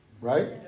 right